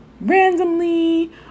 randomly